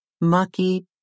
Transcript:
Mucky